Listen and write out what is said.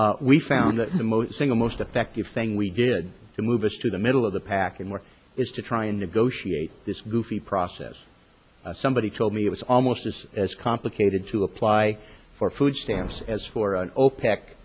shameful we found that the most single most effective thing we did to move us to the middle of the pack in work is to try and negotiate this goofy process somebody told me it was almost as as complicated to apply for food stamps as for an opec